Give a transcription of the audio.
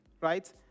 right